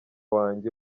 wanjye